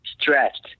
stretched